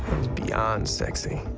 was beyond sexy.